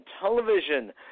television